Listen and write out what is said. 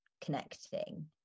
connecting